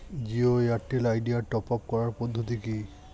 Jio Airtel Idea top up করার পদ্ধতি কি?